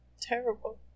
terrible